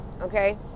okay